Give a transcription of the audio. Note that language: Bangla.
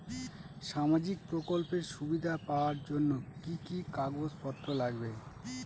সামাজিক প্রকল্পের সুবিধা পাওয়ার জন্য কি কি কাগজ পত্র লাগবে?